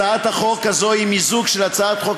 הצעת החוק הזאת היא מיזוג של הצעת חוק